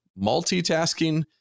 multitasking